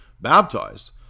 baptized